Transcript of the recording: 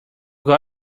got